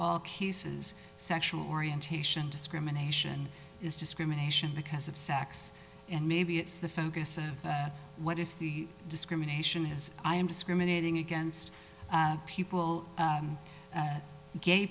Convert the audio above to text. all cases sexual orientation discrimination is discrimination because of sex and maybe it's the focus of what if the discrimination has i am discriminating against people